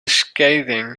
scathing